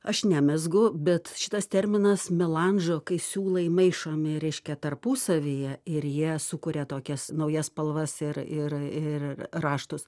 aš nemezgu bet šitas terminas melanžo kai siūlai maišomi reiškia tarpusavyje ir jie sukuria tokias naujas spalvas ir ir ir raštus